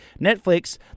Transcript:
Netflix